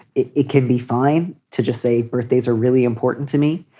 it it can be fine to just say birthdays are really important to me.